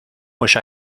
wish